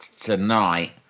tonight